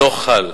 לא חל.